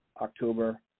October